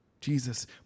Jesus